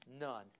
none